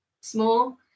small